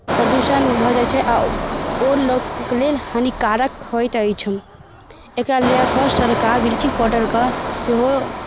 प्रदूषण भऽ जाइ छै आओर ओ लोकके लेल हानिकारक होइत अछि एकरा लए कऽ सरकार ब्लीचिंग पाउडरके सेहो